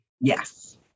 Yes